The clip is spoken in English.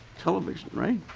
television right.